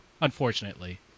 unfortunately